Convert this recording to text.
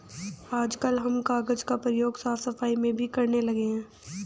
आजकल हम कागज का प्रयोग साफ सफाई में भी करने लगे हैं